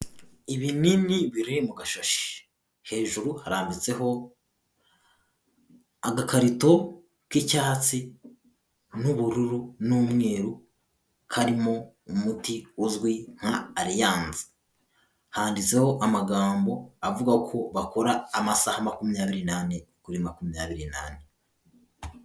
Ibinini biri mu gashashi, hejuru harambitseho agakarito k'icyatsi n'ubururu n'umweru, karimo umuti uzwi nka Alliance, handitseho amagambo avuga ko bakora amasaha makumyabiri n'ane kuri makumyabiri n'ane.